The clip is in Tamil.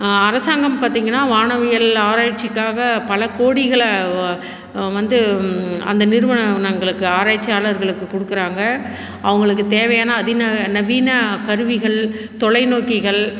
அரசாங்கம் பார்த்திங்கன்னா வானவியல் ஆராய்ச்சிக்காக பல கோடிகளை வ வந்து அந்த நிறுவனங்களுக்கு ஆராய்ச்சியாளர்களுக்கு கொடுக்குறாங்க அவங்களுக்கு தேவையான அதி ந நவீன கருவிகள் தொலைநோக்கிகள்